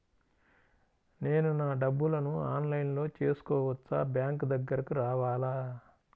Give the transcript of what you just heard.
నేను నా డబ్బులను ఆన్లైన్లో చేసుకోవచ్చా? బ్యాంక్ దగ్గరకు రావాలా?